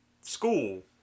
school